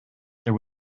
there